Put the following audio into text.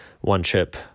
one-chip